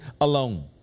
alone